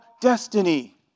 destiny